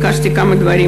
כמה דברים.